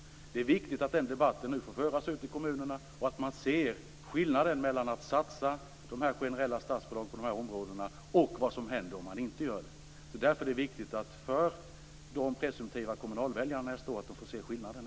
Det är viktigt att den debatten nu får föras ute i kommunerna, så att människor ser skillnaden mellan att man satsar de generella statsbidragen på dessa områden och att man inte gör det. Därför är det viktigt för de presumtiva väljarna till kommunalvalet nästa år att se skillnaderna.